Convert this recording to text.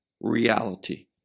reality